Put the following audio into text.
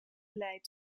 lijdt